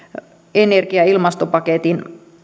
energia ja ilmastopaketin